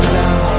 down